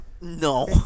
No